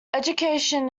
education